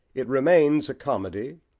it remains a comedy,